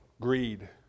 greed